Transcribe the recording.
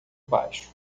baixo